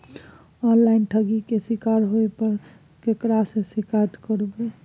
Online ठगी के शिकार होय पर केकरा से शिकायत करबै?